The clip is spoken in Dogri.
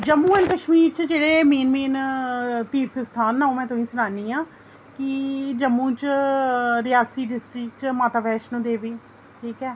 लेकिन जम्मू एंड कशमीर च जेह्ड़े मेन मेन तीर्थ स्थान न ओह् में तुसेंगी सनान्नी आं कि जम्मू च रियासी डिस्ट्रिक्ट बिच माता वैष्णो देवी ठीक ऐ